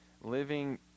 living